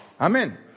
Amen